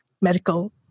medical